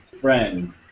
friend